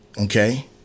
Okay